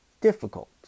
difficult